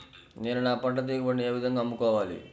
నేను నా పంట దిగుబడిని ఏ విధంగా అమ్ముకోవాలి?